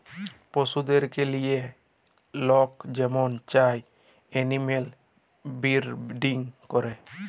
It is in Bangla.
পশুদেরকে লিঁয়ে লক যেমল চায় এলিম্যাল বিরডিং ক্যরে